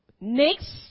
next